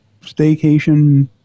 staycation